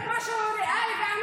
אני מדברת משהו --- ואנשים,